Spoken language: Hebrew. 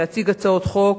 להציג הצעות חוק.